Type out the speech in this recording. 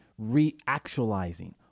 reactualizing